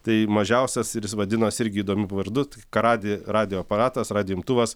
tai mažiausias ir jis vadinosi irgi įdomiu vardu karadi radijo aparatas radijo imtuvas